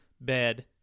bed